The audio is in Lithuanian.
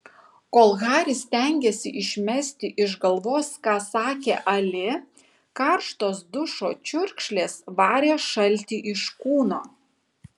kol haris stengėsi išmesti iš galvos ką sakė ali karštos dušo čiurkšlės varė šaltį iš kūno